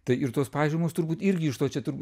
tai ir tos pažymos turbūt irgi iš to čia turbūt